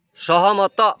ସହମତ